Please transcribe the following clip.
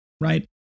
right